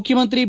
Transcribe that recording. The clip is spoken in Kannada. ಮುಖ್ಯಮಂತ್ರಿ ಬಿ